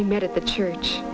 we met at the church